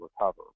recover